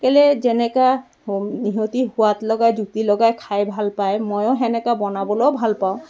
কেলে যেনেকা ম ইহঁতি সোৱাদ লগাই জুতি লগাই খাই ভাল পায় ময়ো তেনেকা বনাবলেও ভাল পাওঁ